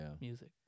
music